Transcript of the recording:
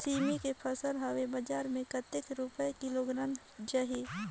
सेमी के फसल हवे बजार मे कतेक रुपिया किलोग्राम जाही?